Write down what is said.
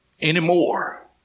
anymore